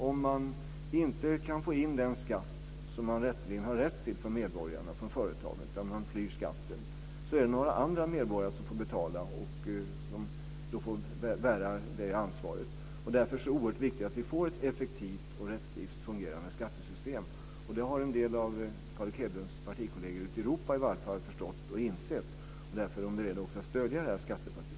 Om man inte kan få in den skatt som har rätt till från medborgarna och företagen, utan att dessa flyr skatten, då är det andra medborgare som får betala. De får då bära detta ansvar. Därför är det oerhört viktigt att vi får ett effektivt och rättvist fungerande skattesystem. Det har en del av Carl Erik Hedlunds partikolleger ute i Europa i varje fall förstått och insett. Därför är de också beredda att stödja det här skattepaketet.